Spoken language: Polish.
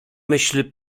myśl